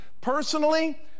personally